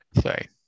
sorry